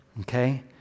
Okay